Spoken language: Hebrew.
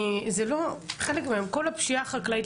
כל הפשיעה החקלאית,